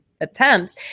attempts